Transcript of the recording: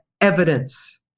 evidence